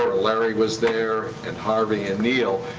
larry was there, and harvey and neal.